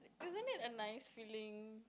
isn't it a nice feeling